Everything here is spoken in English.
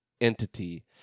entity